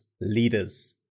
leaders